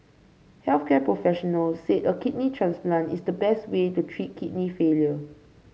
health care professionals said a kidney transplant is the best way to treat kidney failure